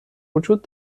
وجود